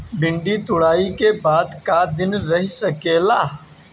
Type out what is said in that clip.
भिन्डी तुड़ायी के बाद क दिन रही सकेला?